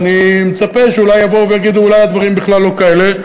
ואני מצפה שאולי יבואו ויגידו: הדברים בכלל לא כאלה.